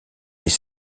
des